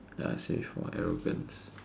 ya I say before arrogance